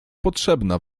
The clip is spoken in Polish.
potrzebna